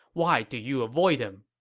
why do you avoid him?